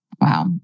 Wow